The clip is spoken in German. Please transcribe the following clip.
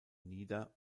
nieder